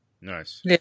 Nice